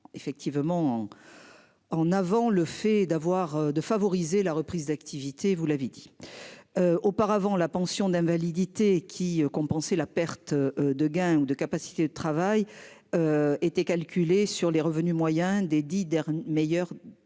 effectivement. En avant le fait d'avoir, de favoriser la reprise d'activité, vous l'avez dit. Auparavant, la pension d'invalidité qui compenser la perte de gain ou de capacité de travail. Étaient calculés sur les revenus moyens des 10 dernières